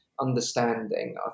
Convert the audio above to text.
understanding